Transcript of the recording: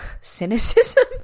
cynicism